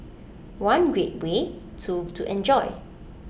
one great way two to enjoy